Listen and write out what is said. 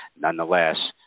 nonetheless